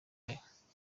aya